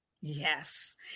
Yes